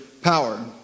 power